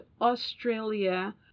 Australia